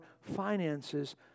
finances